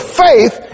faith